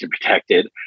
protected